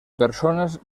personas